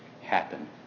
happen